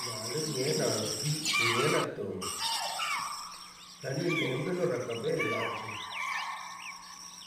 Nale nienaꞌ bi kwinienaꞌ to anine mbelorakabela chiu.